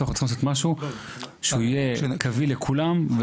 צריך לעשות משהו שיהיה קביל לכולם,